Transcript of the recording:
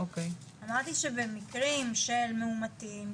אמרתי שבמקרים של מאומתים,